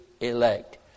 elect